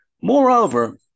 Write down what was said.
Moreover